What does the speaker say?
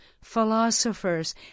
philosophers